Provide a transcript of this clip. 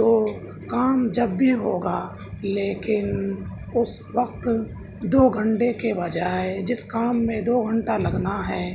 تو کام جب بھی ہوگا لیکن اس وقت دو گھنٹے کے بجائے جس کام میں دو گھنٹہ لگنا ہیں